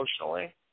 emotionally